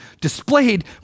displayed